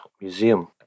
museum